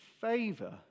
favor